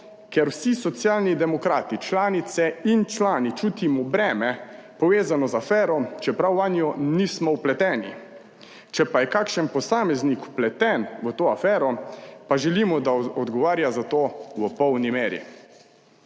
ker vsi Socialni demokrati, članice in člani čutimo breme povezano z afero, čeprav vanjo nismo vpleteni. Če pa je kakšen posameznik vpleten v to afero, pa želimo, da odgovarja za to v polni meri.